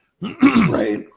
Right